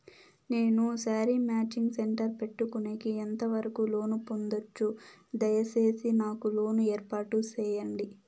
నేను sari matching centre పెట్టుకునేకి ఎంత వరకు లోను పొందొచ్చు? దయసేసి నాకు లోను ఏర్పాటు సేయండి?